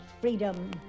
freedom